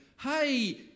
Hey